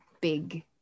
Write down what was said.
big